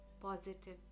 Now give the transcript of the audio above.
positive